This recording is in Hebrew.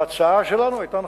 ההצעה שלנו היתה נכונה.